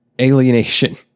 Alienation